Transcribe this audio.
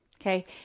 okay